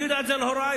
אני יודע את זה על הורי,